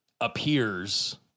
appears